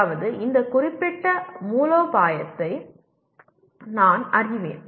அதாவது இந்த குறிப்பிட்ட மூலோபாயத்தை நான் அறிவேன்